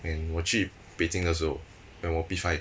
when 我去北京的时候 when 我 P_5